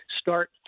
start